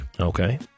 Okay